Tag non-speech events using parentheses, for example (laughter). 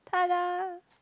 (noise)